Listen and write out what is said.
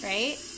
Right